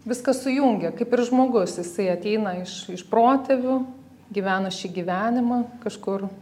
viską sujungia kaip ir žmogus jisai ateina iš iš protėvių gyvena šį gyvenimą kažkur